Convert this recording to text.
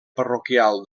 parroquial